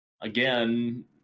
again